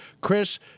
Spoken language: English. Chris